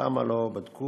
למה לא בדקו?